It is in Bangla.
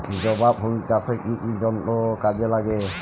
জবা ফুল চাষে কি কি যন্ত্র কাজে লাগে?